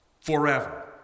forever